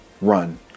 run